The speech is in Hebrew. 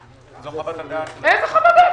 זו חוות הדעת --- איזו חוות דעת?